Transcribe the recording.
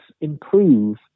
improve